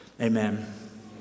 amen